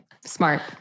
Smart